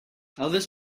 elvis